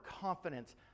confidence